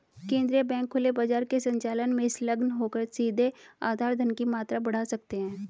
केंद्रीय बैंक खुले बाजार के संचालन में संलग्न होकर सीधे आधार धन की मात्रा बढ़ा सकते हैं